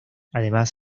además